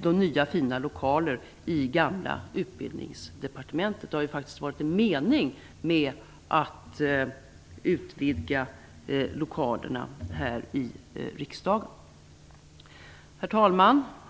de nya fina lokalerna i det gamla Utbildningsdepartementet. Det har varit en mening med att utvidga lokalerna här i riksdagen. Herr talman!